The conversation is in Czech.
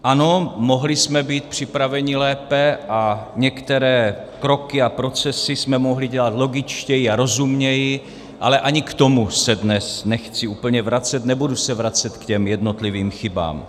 Ano, mohli jsme být připraveni lépe a některé kroky a procesy jsme mohli dělat logičtěji a rozumněji, ale ani k tomu se dnes nechci úplně vracet, nebudu se vracet k těm jednotlivým chybám.